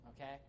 Okay